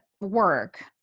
work